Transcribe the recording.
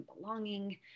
belonging